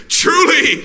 truly